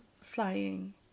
flying